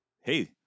hey